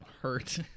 hurt